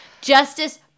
justice